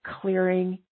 clearing